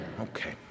Okay